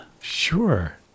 Sure